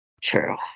True